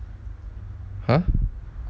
!huh!